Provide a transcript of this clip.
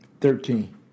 thirteen